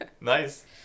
nice